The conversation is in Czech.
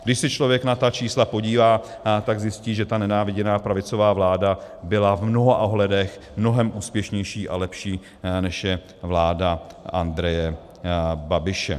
Když se člověk na ta čísla podívá, tak zajistí, že ta nenáviděná pravicová vláda byla v mnoha ohledech mnohem úspěšnější a lepší, než je vláda Andreje Babiše.